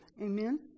Amen